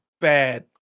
bad